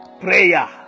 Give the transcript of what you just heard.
Prayer